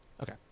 Okay